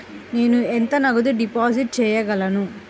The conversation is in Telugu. నేను ఎంత నగదు డిపాజిట్ చేయగలను?